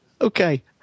Okay